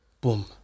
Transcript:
boom